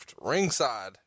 ringside